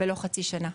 ולא חצי שנה.